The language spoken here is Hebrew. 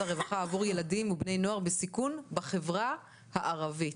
הרווחה עבור ילדים ובני נוער בסיכון בחברה הערבית.